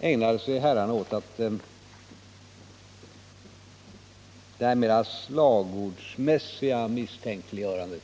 ägnade sig herrarna åt ett mera slagordsmässigt misstänkliggörande.